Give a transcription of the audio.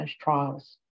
trials